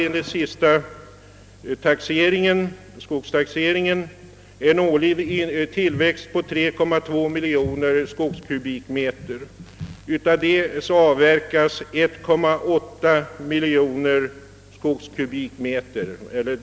Enligt senaste skogstaxering är den årliga tillväxten 3,2 miljoner skogskubikmeter, och mot den svarar en avverkning på 1,8 miljon skogskubikmeter.